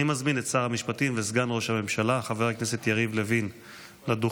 אני מזמין את שר המשפטים וסגן ראש הממשלה חבר הכנסת יריב לוין לדוכן.